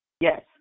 Yes